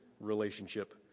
relationship